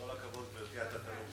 כל הכבוד, גברתי, על הנאום.